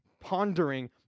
pondering